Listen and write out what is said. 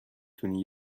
تونی